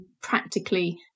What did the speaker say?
practically